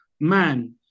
man